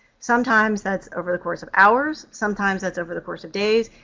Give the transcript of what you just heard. sometimes that's over the course of hours. sometimes that's over the course of days,